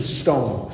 stone